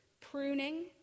pruning